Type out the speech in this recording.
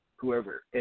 Whoever